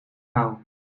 kou